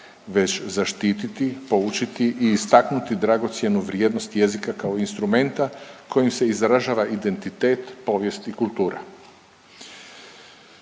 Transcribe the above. već zaštititi, poučiti i istaknuti dragocjenu vrijednost jezika kao instrumenta kojim se izražava identitet, povijest i kultura.